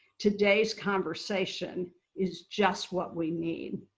today's conversation is just what we need.